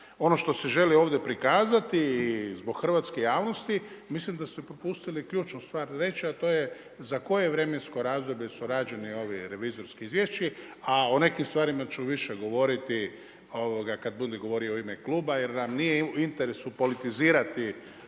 ono što se želi ovdje prikazati i zbog hrvatske javnosti mislim da ste propustili ključnu stvar reći, a to je za koje vremensko razdoblje su rađeni ovi revizorski izvješći a o nekim stvarima ću više govoriti kad budem govorio u ime kluba. Jer nam nije u interesu politizirati